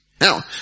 Now